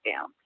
down